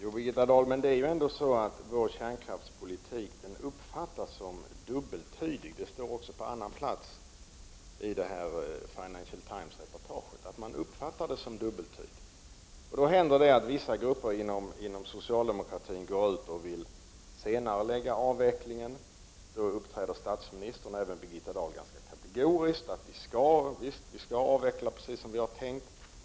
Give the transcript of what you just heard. Herr talman! Jo, men vår kärnkraftspolitik, Birgitta Dahl, uppfattas ändå som dubbeltydig. Det framgår om man läser vad som står på ett annat ställe i reportaget i Financial Times. Det händer att vissa grupper inom socialdemokratin går ut med uttalanden om en senareläggning av avvecklingen. Då kommer statsministern, och även Birgitta Dahl, med ganska kategoriska ut talanden: Visst, vi skall avveckla precis som vi har tänkt.